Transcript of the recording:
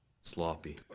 sloppy